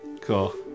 cool